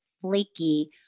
flaky